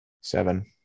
seven